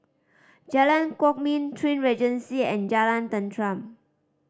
Jalan Kwok Min Twin Regency and Jalan Tenteram